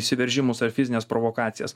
įsiveržimus ar fizines provokacijas